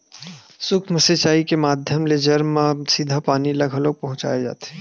सूक्ष्म सिचई के माधियम ले जर म सीधा पानी ल घलोक पहुँचाय जाथे